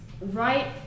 right